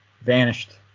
Vanished